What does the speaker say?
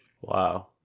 wow